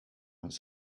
his